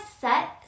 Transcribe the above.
set